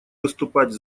выступать